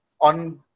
on